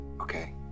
okay